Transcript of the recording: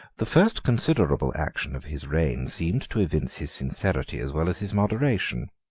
the first considerable action of his reign seemed to evince his sincerity as well as his moderation.